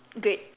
great